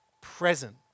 present